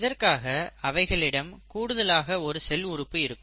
இதற்காக அவைகளிடம் கூடுதலாக ஒரு செல் உறுப்பு இருக்கும்